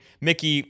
Mickey